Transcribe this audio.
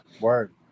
word